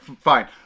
fine